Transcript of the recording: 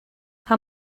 how